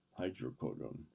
hydrocodone